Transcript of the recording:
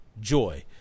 joy